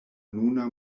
nuna